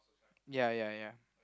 ya ya ya